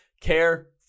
care